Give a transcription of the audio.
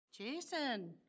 Jason